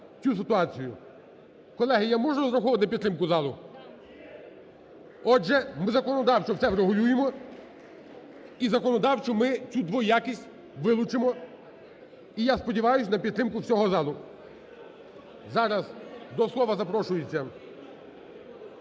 Колеги, я можу розраховувати на підтримку залу? Отже, ми законодавчо все врегулюємо, і законодавчо ми цю двоякість вилучимо. І я сподіваюсь на підтримку всього залу. Зараз до слова запрошується…